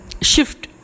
shift